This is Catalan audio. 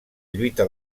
lluita